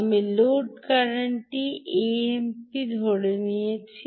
আমি লোড কারেন্টটি 1 এমপি করে ধরে নিয়েছি